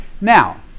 Now